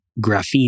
graphene